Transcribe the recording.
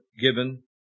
Given